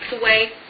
away